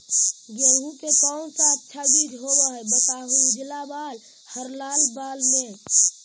गेहूं के कौन सा अच्छा बीज होव है बताहू, उजला बाल हरलाल बाल में?